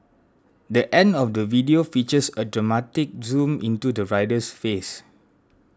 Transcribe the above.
the end of the video features a dramatic zoom into the rider's face